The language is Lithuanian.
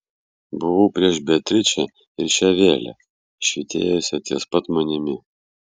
buvau prieš beatričę ir šią vėlę švytėjusią ties pat manimi